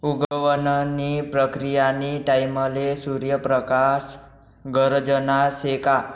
उगवण नी प्रक्रीयानी टाईमले सूर्य प्रकाश गरजना शे का